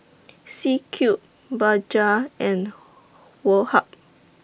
C Cube Bajaj and Woh Hup